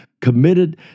committed